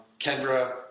Kendra